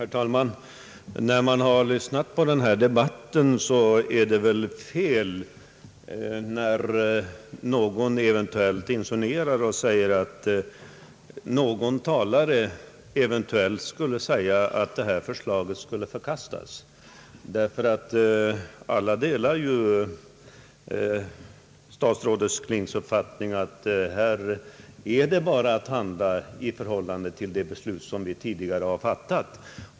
Herr talman! Jag tycker att det är felaktigt att, som gjorts under dagens debatt, insinuera att någon talare eventuellt skulle ha sagt att det aktuella förslaget skulle förkastas. Alla delar ju statsrådet Klings uppfattning att det bara är att handla i enlighet med det beslut vi tidigare fattat.